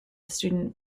student